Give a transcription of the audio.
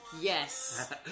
Yes